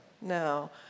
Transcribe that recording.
No